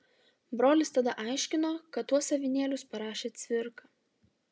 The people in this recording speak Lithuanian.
brolis tada aiškino kad tuos avinėlius parašė cvirka